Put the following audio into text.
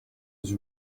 was